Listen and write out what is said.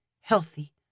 healthy